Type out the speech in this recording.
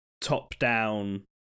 top-down